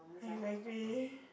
why you angry